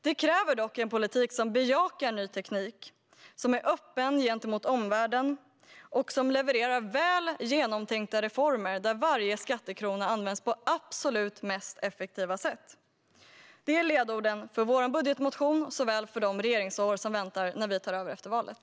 Det kräver dock en politik som bejakar ny teknik, är öppen gentemot omvärlden och levererar väl genomtänkta reformer, där varje skattekrona används på det absolut mest effektiva sättet. Detta är ledorden såväl för vår budgetmotion som för de regeringsår som väntar när vi tar över efter valet.